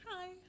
Hi